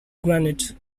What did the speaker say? granite